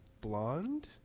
blonde